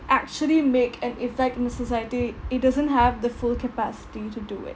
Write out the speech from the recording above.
actually make an effect in the society it doesn't have the full capacity to do it